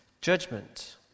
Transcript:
judgment